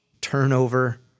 turnover